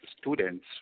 students